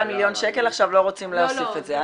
מיליון שקל לא רוצים להוסיף את זה עכשיו.